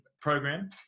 program